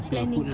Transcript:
planning